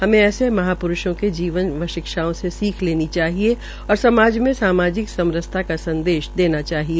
हमें ऐसे महाप्रुषों के जीवन व शिक्षाओं से सीख लेनी चाहिए और समाज में सामाजिक समरसता का संदेश देना चाहिए